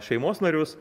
šeimos narius